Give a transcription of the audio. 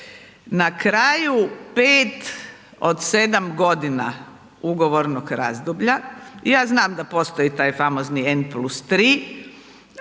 na kraju 5 od 7 godina ugovornog razdoblja i ja znam da postoji taj famozni N+3 ali